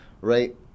right